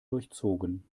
durchzogen